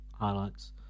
highlights